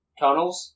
tunnels